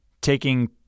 taking